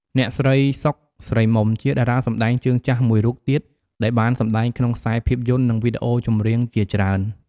អ្នកស្រី សុខ ស្រីមុំ ជាតារាសម្តែងជើងចាស់មួយរូបទៀត ដែលបានសម្ដែងក្នុងខ្សែភាពយន្ត និងវីដេអូចម្រៀងជាច្រើន។